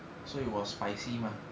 so it was spicy mah